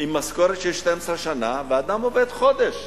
עם משכורות של 12 שנה, ואדם עובד חודש.